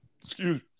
excuse